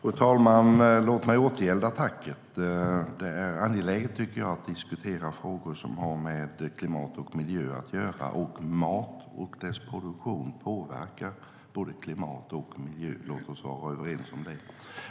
Fru talman! Låt mig återgälda tacket. Jag tycker att det är angeläget att diskutera frågor som har med klimat och miljö att göra. Mat och dess produktion påverkar både klimat och miljö - låt oss vara överens om det.